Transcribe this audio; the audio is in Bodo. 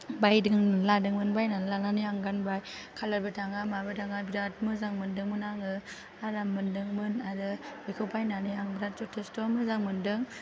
बायदों लादोंमोन बायनानै लानानै आं गानबाय खालारबो थाङा माबो थाङा बिराद मोजां मोन्दोंमोन आङो आराम मोन्दोंमोन आरो बेखौ बायनानै आं बिराद जथेस्ट' मोजां मोन्दों